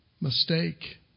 mistake